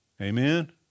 Amen